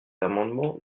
amendement